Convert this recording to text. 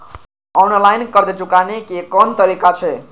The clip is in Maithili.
ऑनलाईन कर्ज चुकाने के कोन तरीका छै?